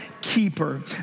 keeper